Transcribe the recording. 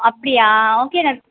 அப்படியா ஓகே ந